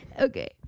Okay